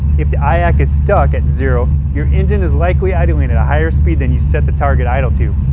if the iac is stuck at zero, your engine is likely idling at a higher speed than you set the target idle to.